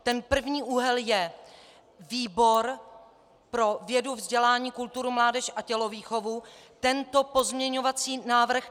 Ten první úhel je: Výbor pro vědu, vzdělání, kulturu, mládež a tělovýchovu tento pozměňovací návrh schválil.